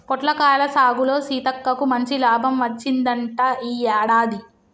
పొట్లకాయల సాగులో సీతక్కకు మంచి లాభం వచ్చిందంట ఈ యాడాది